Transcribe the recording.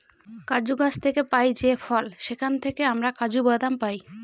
কাজু গাছ থেকে পাই যে ফল সেখান থেকে আমরা কাজু বাদাম পাই